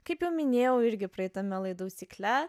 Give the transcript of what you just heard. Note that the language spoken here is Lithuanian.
kaip jau minėjau irgi praeitame laidų cikle